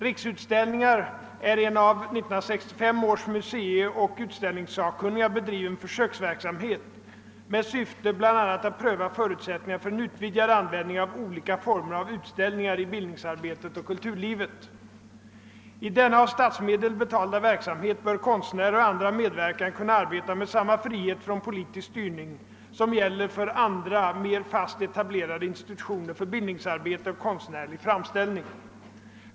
Riksutställningar är en av 1965 års museioch utställningssakkunniga bedriven försöksverksamhet med syfte bl.a. att pröva förutsättningarna för en utvidgad användning av olika former av utställningar i bildningsarbetet och kulturlivet. I denna av statsmedel betalda verksamhet bör konstnärer och andra medverkande kunna arbeta med samma frihet från politisk styrning som gäller för andra mer fast etablerade institutioner för bildningsarbete och konstnärlig framställning.